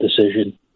decision